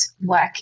work